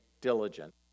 diligent